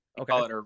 Okay